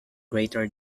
greater